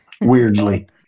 Weirdly